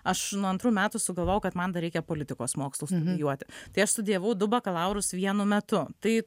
aš nuo antrų metų sugalvojau kad man dar reikia politikos mokslus studijuoti tai aš studijavau du bakalaurus vienu metu tai